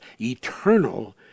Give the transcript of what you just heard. eternal